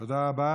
תודה רבה.